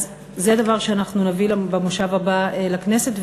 אז זה דבר שאנחנו נביא במושב הבא לכנסת,